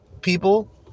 people